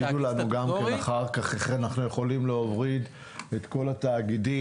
תגידו לנו אחר-כך איך אנחנו יכולים להוריד את כל התאגידים,